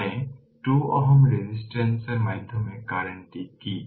মানে 2 Ω রেজিস্ট্যান্সের মাধ্যমে কারেন্ট কি